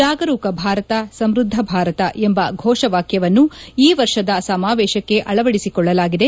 ಜಾಗರೂಕ ಭಾರತ ಸಮೃದ್ದ ಭಾರತ ಎಂಬ ಘೋಷವಾಕ್ಕವನ್ನು ಈ ವರ್ಷದ ಸಮಾವೇಶಕ್ಕೆ ಅಳವಡಿಸಿಕೊಳ್ಳಲಾಗಿದೆ